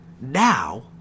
now